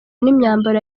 n’imyambaro